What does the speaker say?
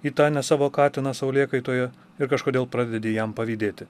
į tą ne savo katiną saulėkaitoje ir kažkodėl pradedi jam pavydėti